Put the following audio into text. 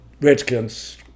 Redskins